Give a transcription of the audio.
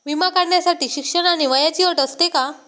विमा काढण्यासाठी शिक्षण आणि वयाची अट असते का?